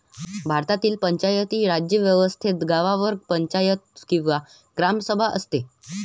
भारतातील पंचायती राज व्यवस्थेत गावावर ग्रामपंचायत किंवा ग्रामसभा असते